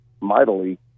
mightily